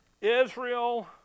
Israel